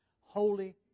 Holy